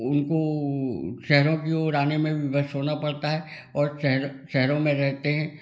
उनको अ शहरों की ओर आने में विवश होना पड़ता है और शहर शहरों में रहते हैं